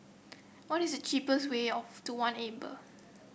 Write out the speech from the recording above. what is cheapest way of to One Amber